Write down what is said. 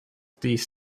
these